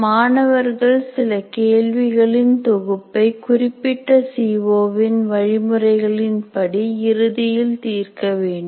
மாணவர்கள் சில கேள்விகளின் தொகுப்பை குறிப்பிட்ட சிஓ வின் வழிமுறைகளின்படி இறுதியில் தீர்க்கவேண்டும்